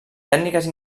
tècniques